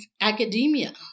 academia